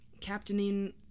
captaining